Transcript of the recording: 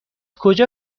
کجا